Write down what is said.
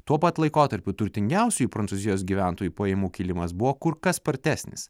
tuo pat laikotarpiu turtingiausiųjų prancūzijos gyventojų pajamų kilimas buvo kur kas spartesnis